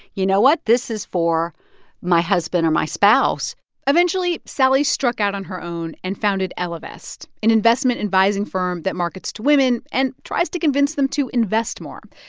you know what? this is for my husband or my spouse eventually, sallie struck out on her own and founded ellevest, an investment advising firm that markets to women and tries to convince them to invest more.